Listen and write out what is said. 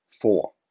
four